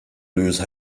lose